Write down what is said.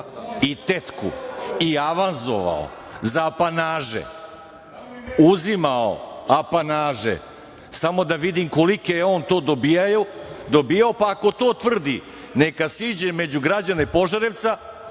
i tetku, i avanzova za apanaže. Uzimao apanaže. Samo da vidim kolike je on to dobijao, pa ako to tvrdi neka siđe među građane Požarevca